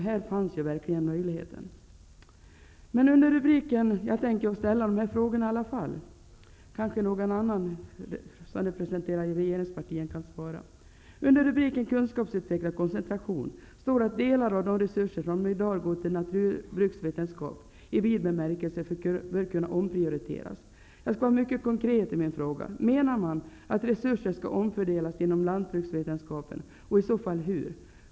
Här fanns ju verkligen möjligheten till ett sådant utbyte. Jag tänker emellertid ställa de här frågorna i alla fall. Kanske någon annan som representerar regeringspartierna kan svara. Under rubriken Kunskapsutveckling och koncentration står att ''delar av de resurser som i dag går till lantbruksvetenskap i vid bemärkelse bör kunna omprioriteras''. Jag skall ställa ett par mycket konkreta frågor: Menar man att resurser skall omfördelas inom lantbruksvetenskapen och i så fall hur?